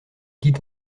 dit